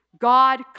God